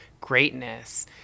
greatness